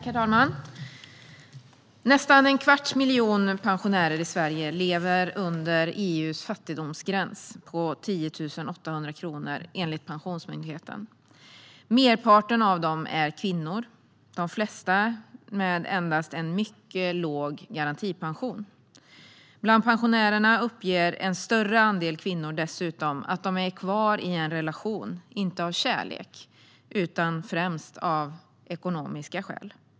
Herr talman! Nästan en kvarts miljon pensionärer i Sverige lever under EU:s fattigdomsgräns på 10 800 kronor, enligt Pensionsmyndigheten. Merparten av dem är kvinnor, de flesta med endast en mycket låg garantipension. Bland pensionärerna uppger en större andel kvinnor dessutom att de är kvar i en relation inte av kärlek utan främst av ekonomiska skäl.